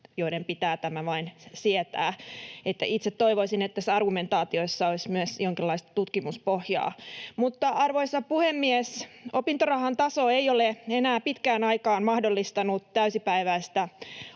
joiden pitää tämä vain sietää. Itse toivoisin, että tässä argumentaatiossa olisi myös jonkinlaista tutkimuspohjaa. Arvoisa puhemies! Opintorahan taso ei ole enää pitkään aikaan mahdollistanut täysipäiväistä